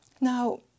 Now